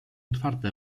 twarde